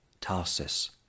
Tarsus